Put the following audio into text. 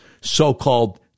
so-called